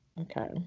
okay